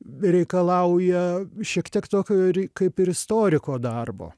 reikalauja šiek tiek tokio kaip ir istoriko darbo